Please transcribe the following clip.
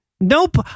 Nope